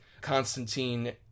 Constantine